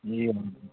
ए